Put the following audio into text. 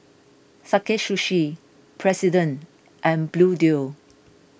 Sakae Sushi President and Bluedio